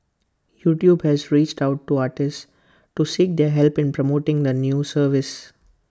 YouTube has reached out to artists to seek their help in promoting the new service